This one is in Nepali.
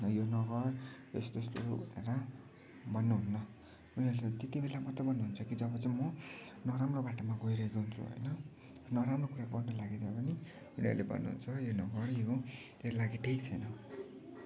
यो नगर यस्तो एस्तो होइन भन्नुहुन्न उनीहरूले त्यति बेला मात्र भन्नुहुन्छ जब चाहिँ म नराम्रो बाटोमा गइरहेको हुन्छु होइन नराम्रो कुरा गर्न लागेता पनि उनीहरूले भन्नुहुन्छ यो नगर यो तेरो लागि ठिक छैन